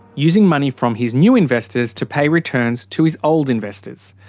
using money from his new investors to pay returns to his old investors.